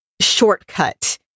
shortcut